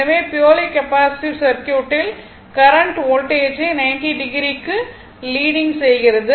எனவே purely capacitive சர்க்யூட்டில் current வோல்டேஜை 90o க்கு லீடிங் செய்கிறது